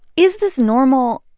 is this normal?